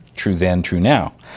true then, true now.